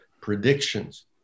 predictions